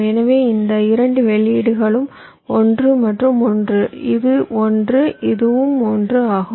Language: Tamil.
எனவே இந்த இரண்டு வெளியீடுகளும் 1 மற்றும் 1 இது 1 இதுவும் 1 ஆகும்